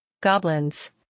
goblins